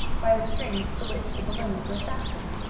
by the strings to which the balloons were fastened.